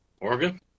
Oregon